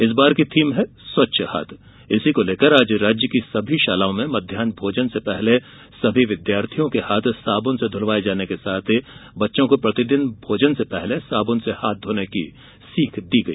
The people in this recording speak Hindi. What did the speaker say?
इस बार की थीम है स्वच्छ हाथ इसी को लेकर आज राज्य की सभी शालाओं में मध्याह भोजन से पहले सभी विद्यार्थियों के हाथ साबुन से धुलवाए जाने के साथ ही बच्चों को प्रतिदिन भोजन से पहले साबुन से हाथ धोने की सीख दी गई